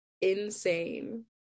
insane